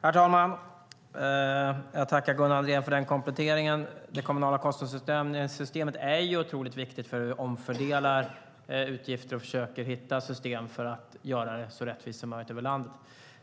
Herr talman! Jag tackar Gunnar Andrén för kompletteringen. Det kommunala kostnadsutjämningssystemet är otroligt viktigt för hur vi omfördelar utgifter och försöker hitta system för att göra det så rättvist som möjligt över landet.